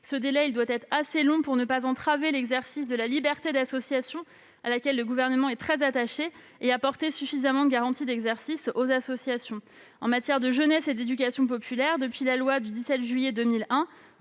Ce délai doit être assez long pour ne pas entraver l'exercice de la liberté d'association, à laquelle le Gouvernement est très attaché, et apporter suffisamment de garanties d'exercice aux associations. En matière de jeunesse et d'éducation populaire, depuis la loi du 17 juillet 2001,